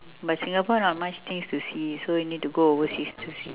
but singapore not much things to see so we need to go overseas to see